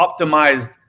optimized